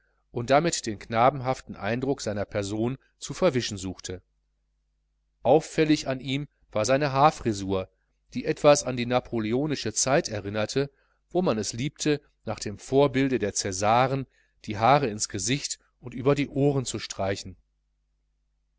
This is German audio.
und damit den knabenhaften eindruck seiner person zu verwischen suchte auffällig an ihm war seine haarfrisur die etwas an die napoleonische zeit erinnerte wo man es liebte nach dem vorbilde des cäsaren die haare ins gesicht und über die ohren zu streichen